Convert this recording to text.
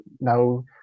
Now